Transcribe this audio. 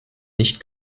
nicht